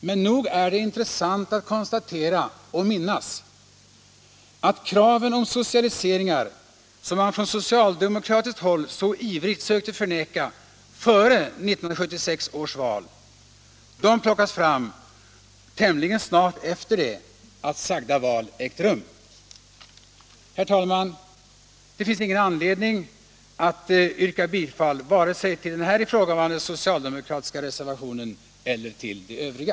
Men nog är det intressant att konstatera att de krav på socialiseringar som man från socialdemokratiskt håll före 1976 års val så ivrigt försökte förneka tämligen snart efter det att sagda val ägt rum plockas fram. Herr talman! Det finns ingen anledning att yrka bifall vare sig till den här ifrågavarande socialdemokratiska reservationen eller till de övriga.